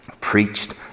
Preached